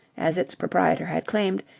as its proprietor had claimed,